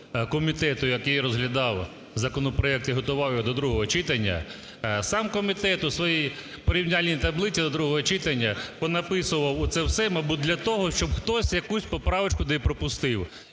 комітету, який розглядав законопроект і готував його до другого читання. Сам комітет у своїй порівняльній таблиці до другого читання понаписував оце все, мабуть, для того, щоб хтось якусь поправочку да і пропустив.